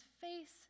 face